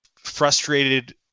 frustrated